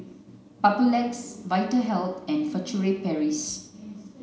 Papulex Vitahealth and Furtere Paris